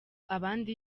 abandi